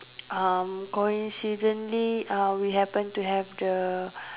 uh coincidentally uh we happen to have the